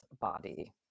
body